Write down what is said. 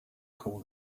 call